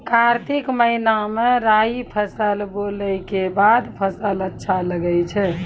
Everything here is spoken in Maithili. कार्तिक महीना मे राई फसल बोलऽ के बाद फसल अच्छा लगे छै